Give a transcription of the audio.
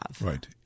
Right